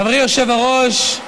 חברי היושב-ראש,